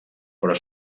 però